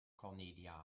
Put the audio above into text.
cornelia